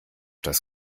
das